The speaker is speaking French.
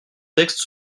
texte